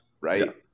right